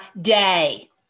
day